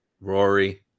Rory